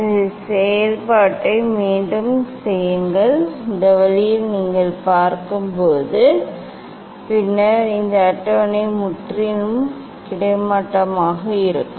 இந்த வழியில் நீங்கள் செயல்பாட்டை மீண்டும் செய்ய வேண்டும் இதை கொண்டு வர வேண்டும் பின்னர் இந்த அட்டவணை முற்றிலும் கிடைமட்டமாக இருக்கும்